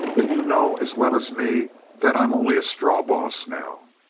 but you know as well as me that i'm only a straw boss now.